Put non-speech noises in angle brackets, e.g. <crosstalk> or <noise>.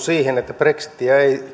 <unintelligible> siihen mahdollisuuteen että brexitiä ei